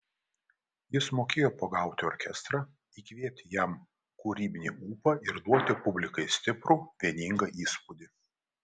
jis mokėjo pagauti orkestrą įkvėpti jam kūrybinį ūpą ir duoti publikai stiprų vieningą įspūdį